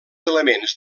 elements